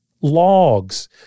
logs